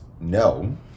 no